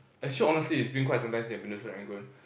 actually honestly it's been quite some time since I've been to Serangoon